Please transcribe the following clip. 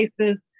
cases